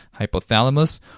hypothalamus